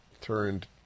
turned